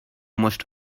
must